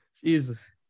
Jesus